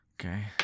Okay